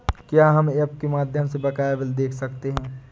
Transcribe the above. क्या हम ऐप के माध्यम से बकाया बिल देख सकते हैं?